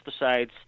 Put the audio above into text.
pesticides